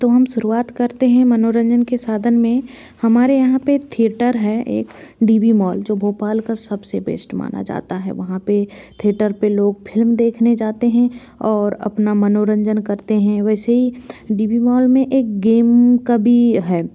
तो हम शुरुआत करते हैं मनोरंजन के साधन में हमारे यहाँ पर थिएटर है एक डी बी मॉल जो भोपाल का सबसे बेस्ट माना जाता है वहाँ पे थिएटर पे लोग फिल्म देखने जाते हैं और अपना मनोरंजन करते हैं वैसे ही डी बी मॉल में एक गेम का भी है